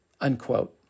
unquote